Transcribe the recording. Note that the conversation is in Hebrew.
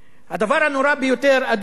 אדוני,